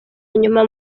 nyuma